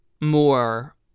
more